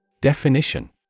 Definition